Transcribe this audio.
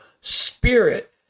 spirit